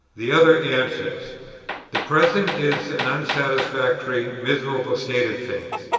the other answers the present is an unsatisfactory, miserable state of things,